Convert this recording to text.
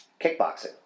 Kickboxing